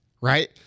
right